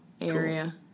area